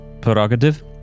prerogative